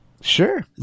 Sure